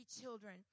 children